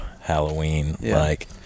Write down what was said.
Halloween-like